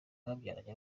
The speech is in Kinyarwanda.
babyaranye